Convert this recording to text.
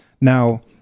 Now